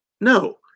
No